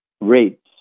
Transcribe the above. rates